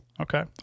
okay